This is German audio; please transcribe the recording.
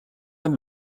ein